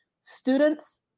students